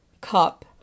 cup